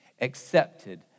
accepted